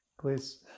please